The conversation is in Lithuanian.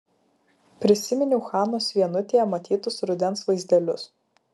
prisiminiau hanos vienutėje matytus rudens vaizdelius